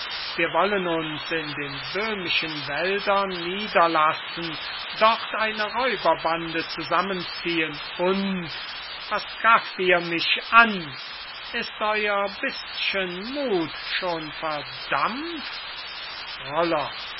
wir wollen uns in den böhmischen wäldern niederlassen dort eine räuberbande zusammen ziehen und was gafft ihr mich an ist euer bisgen muth schon verdampft roller